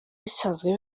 bisanzwe